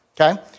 Okay